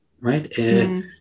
right